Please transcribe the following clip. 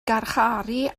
garcharu